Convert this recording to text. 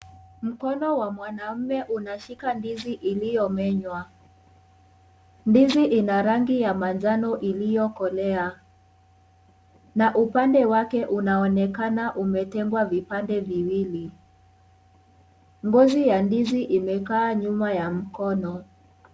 Mkono wa mwanaume unashika ndizi ulio menywa, ndizi ina rangi ya manjano iliyo kolea na upande wake unaoneka umetembwa vipande viwili. Ngozi ya ndizi imekaa nyuma ya mkono.